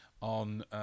on